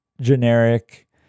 generic